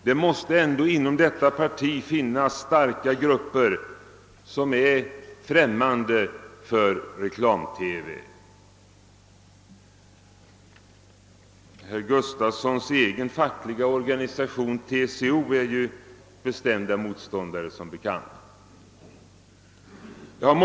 Det måste ändå inom det partiet finnas starka grupper som är främmande för reklam TV. Herr Gustafsons i Göteborg egen fackliga organisation, TCO, är som bekant bestämd motståndare till sådan reklam.